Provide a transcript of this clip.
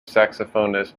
saxophonist